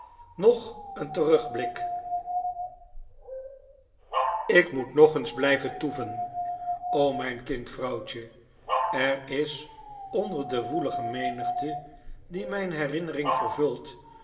nog een terugblik ik moet nog eens blijven toeven o mijn kindvrouwtje er is onder de woelige menigte die mijn herinnering vervult